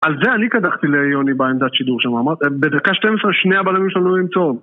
על זה אני קדחתי ליוני בעמדת שידור שמה, במרכז 12 שני הבלמים שלנו נראים טוב